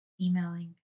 emailing